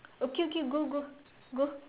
okay okay go go go